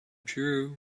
true